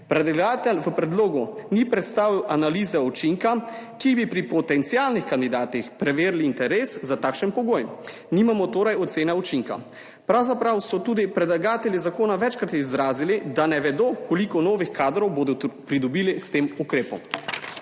Predlagatelj v predlogu ni predstavil analize učinka, ki bi pri potencialnih kandidatih preverili interes za takšen pogoj. Nimamo torej ocene učinka. Pravzaprav so tudi predlagatelji zakona večkrat izrazili, da ne vedo, koliko novih kadrov bodo pridobili s tem ukrepom.